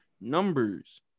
numbers